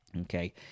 Okay